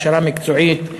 הכשרה מקצועית,